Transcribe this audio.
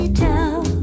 tell